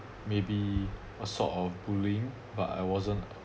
maybe a sort of bullying but I wasn't